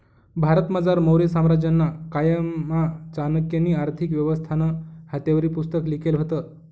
भारतमझार मौर्य साम्राज्यना कायमा चाणक्यनी आर्थिक व्यवस्थानं हातेवरी पुस्तक लिखेल व्हतं